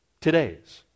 Today's